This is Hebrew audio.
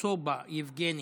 סובה יבגני,